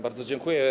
Bardzo dziękuję.